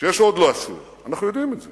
שיש עוד לעשות, אנחנו יודעים את זה.